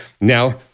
now-